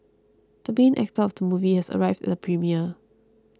the main actor of the movie has arrived at the premiere